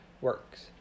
works